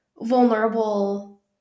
vulnerable